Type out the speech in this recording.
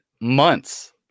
Months